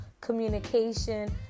communication